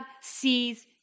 sees